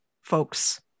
folks